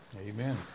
Amen